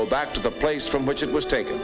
go back to the place from which it was taken